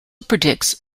predicts